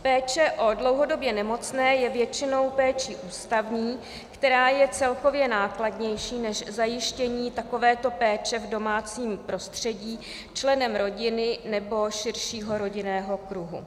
Péče o dlouhodobě nemocné je většinou péčí ústavní, která je celkově nákladnější než zajištění takovéto péče v domácím prostředí členem rodiny nebo širšího rodinného kruhu.